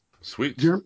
Sweet